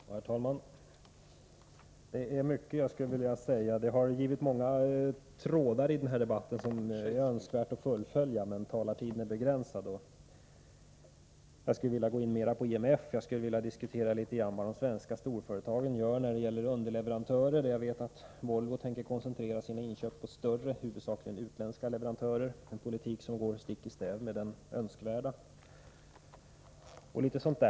Herr talman! Det är mycket jag skulle vilja säga. Det har tagits upp många trådar i den här debatten som det vore önskvärt att fullfölja, men talartiden är begränsad. Jag skulle t.ex. vilja gå in mera på IMF. Jag skulle också vilja diskutera litet vad de svenska storföretagen gör när det gäller underleverantörer. Jag vet att Volvo tänker koncentrera sina inköp på större, huvudsakligen utländska leverantörer, en politik som går stick i stäv med den önskvärda.